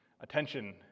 attention